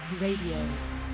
Radio